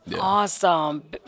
Awesome